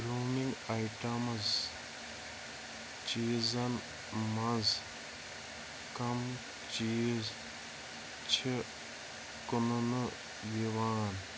grooming items چیٖزَن منٛز کم چیٖز چھِ کُننہٕ یِوان